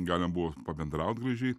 galima buvo pabendraut gražiai